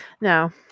No